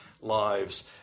lives